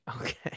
Okay